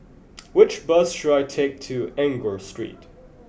which bus should I take to Enggor Street